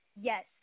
Yes